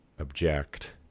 object